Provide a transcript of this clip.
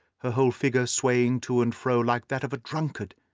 her whole figure swaying to and fro like that of a drunkard.